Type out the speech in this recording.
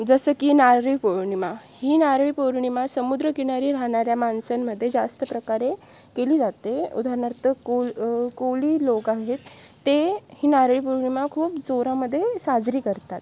जसं की नारळी पौर्णिमा ही नारळी पौर्णिमा समुद्रकिनारी राहणाऱ्या माणसांमध्ये जास्त प्रकारे केली जाते उदाहरणार्थ कोल् कोळी लोकं आहेत ते ही नारळी पौर्णिमा खूप जोरामध्ये साजरी करतात